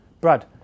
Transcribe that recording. Brad